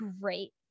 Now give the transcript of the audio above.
Great